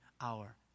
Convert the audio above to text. hour